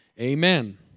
Amen